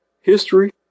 History